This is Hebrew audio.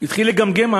התחיל לגמגם.